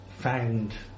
Found